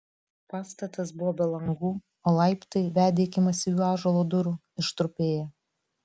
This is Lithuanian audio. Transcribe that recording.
pastatas buvo be langų o laiptai vedę iki masyvių ąžuolo durų ištrupėję